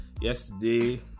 yesterday